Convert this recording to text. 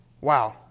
Wow